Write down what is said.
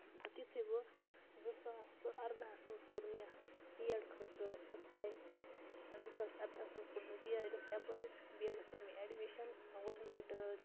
پَتہٕ یُتھُے بہٕ زٕ ساس تہٕ اردَہَس منٛز کوٚر مےٚ بی اٮ۪ڈ خٲطرٕ اٮ۪پلاے زٕ ساس اَردَہَس منٛز کوٚر مےٚ بی اٮ۪ڈَس اٮ۪پلاے بی اٮ۪ڈَس کوٚر مےٚ اٮ۪ڈمِشَن گورمٮ۪نٛٹ